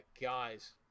guys